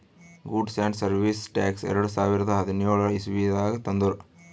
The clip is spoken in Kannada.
ಗೂಡ್ಸ್ ಆ್ಯಂಡ್ ಸರ್ವೀಸ್ ಟ್ಯಾಕ್ಸ್ ಎರಡು ಸಾವಿರದ ಹದಿನ್ಯೋಳ್ ಇಸವಿನಾಗ್ ತಂದುರ್